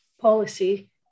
policy